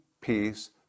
peace